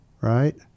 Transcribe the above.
right